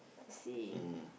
I see